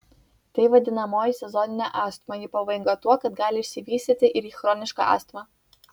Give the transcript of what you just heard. tai vadinamoji sezoninė astma ji pavojinga tuo kad gali išsivystyti ir į chronišką astmą